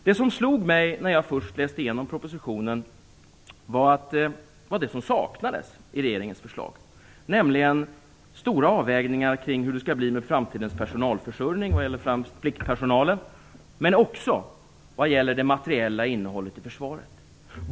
Det som slog mig när jag först läste igenom propositionen var det som saknades i regeringens förslag, nämligen stora avvägningar kring hur det skall bli med framtidens personalförsörjning, främst när det gäller pliktpersonalen, men också när det gäller det materiella innehållet i försvaret.